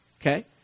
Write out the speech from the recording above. okay